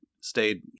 stayed